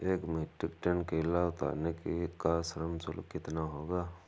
एक metric tonne केला उतारने का श्रम शुल्क कितना होगा?